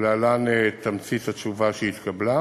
ולהלן תמצית התשובה שהתקבלה: